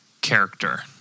Character